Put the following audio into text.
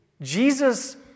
Jesus